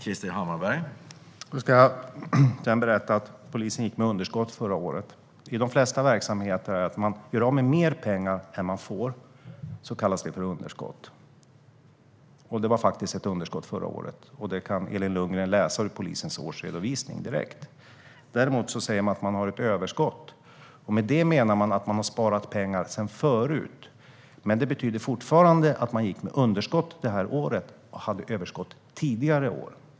Herr talman! Jag kan berätta att polisen gick med underskott förra året. I de flesta verksamheter kallas det för underskott när man gör av med mer pengar än man får. Det var faktiskt ett underskott förra året, och det kan Elin Lundgren läsa direkt i polisens årsredovisning. Däremot säger man att man har ett överskott, och med det menar man att man har sparat pengar sedan förut. Men det betyder fortfarande att man gick med underskott det här året och hade överskott tidigare år.